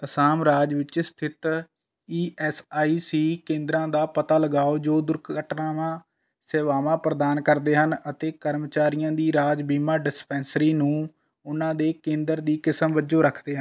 ਅਸਾਮ ਰਾਜ ਵਿੱਚ ਸਥਿਤ ਈ ਐਸ ਆਈ ਸੀ ਕੇਂਦਰਾਂ ਦਾ ਪਤਾ ਲਗਾਓ ਜੋ ਦੁਰਘਟਨਾਵਾਂ ਸੇਵਾਵਾਂ ਪ੍ਰਦਾਨ ਕਰਦੇ ਹਨ ਅਤੇ ਕਰਮਚਾਰੀਆਂ ਦੀ ਰਾਜ ਬੀਮਾ ਡਿਸਪੈਂਸਰੀ ਨੂੰ ਉਹਨਾਂ ਦੇ ਕੇਂਦਰ ਦੀ ਕਿਸਮ ਵਜੋਂ ਰੱਖਦੇ ਹਨ